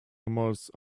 almost